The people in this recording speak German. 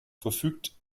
verfügt